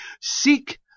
Seek